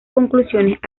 conclusiones